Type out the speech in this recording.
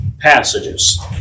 passages